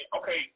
okay